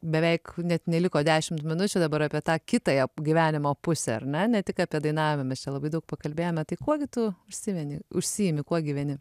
beveik net neliko dešimt minučių dabar apie tą kitą ją gyvenimo pusę ar ne ne tik apie dainavim mes čia labai daug pakalbėjome tai kuo gi tu užsimeni užsiimi kuo gyveni